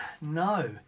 No